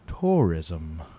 tourism